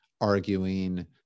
arguing